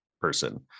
person